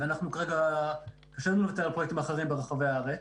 כרגע קשה לנו לוותר על פרויקטים אחרים ברחבי הארץ,